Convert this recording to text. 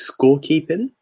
scorekeeping